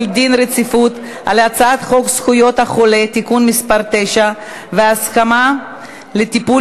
דין רציפות על הצעת חוק זכויות החולה (תיקון מס' 9) (הסכמה לטיפול